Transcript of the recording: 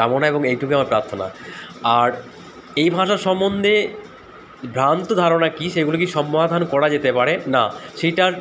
কামনা এবং এইটুকু আমার প্রার্থনা আর এই ভাষা সম্বন্ধে ভ্রান্ত ধারণা কী সেগুলি কি সমাধান করা যেতে পারে না সেইটার